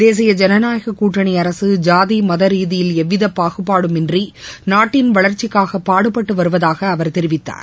தேசிய ஜனநாயக கூட்டணி அரசு ஜாதி மத ரீதியில் எந்தவித பாகுபாடுமின்றி நாட்டின் வளர்ச்சிக்காக பாடுபட்டு வருவதாக அவர் தெரிவித்தார்